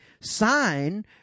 sign